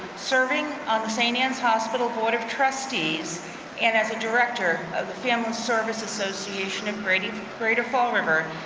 serving on the st. anne's hospital board of trustees and as a director of the family service association of greater of greater fall river,